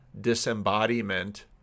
disembodiment